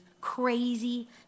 crazy